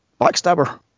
backstabber